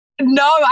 No